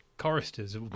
choristers